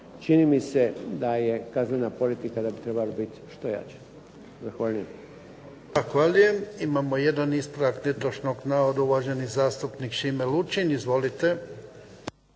čini mi se da je kaznena politika da bi trebala biti što jača. Zahvaljujem. **Jarnjak, Ivan (HDZ)** Zahvaljujem. Imamo jedan ispravak netočnog navoda, uvaženi zastupnik Šime Lučin. Izvolite.